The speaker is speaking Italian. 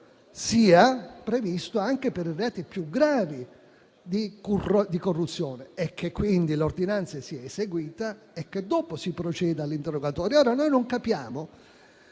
sia previsto anche per i reati più gravi di corruzione e che quindi l'ordinanza sia eseguita e che dopo si proceda all'interrogatorio. Non capiamo